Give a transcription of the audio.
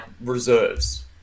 reserves